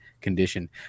condition